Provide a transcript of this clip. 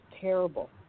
terrible